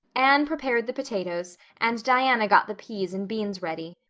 anne prepared the potatoes and diana got the peas and beans ready.